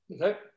Okay